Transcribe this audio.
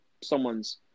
someone's